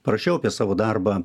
parašiau apie savo darbą